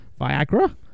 Viagra